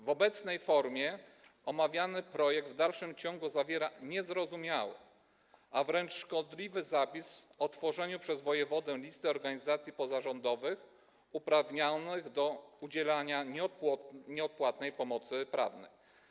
W obecnej wersji omawiany projekt w dalszym ciągu zawiera niezrozumiały, a wręcz szkodliwy zapis o tworzeniu przez wojewodę listy organizacji pozarządowych uprawnionych do udzielania nieodpłatnej pomocy prawnej.